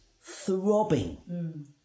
throbbing